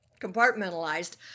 compartmentalized